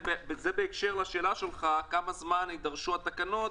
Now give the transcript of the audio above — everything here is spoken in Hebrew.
זה בהקשר לשאלה שלך כמה זמן יידרשו התקנות.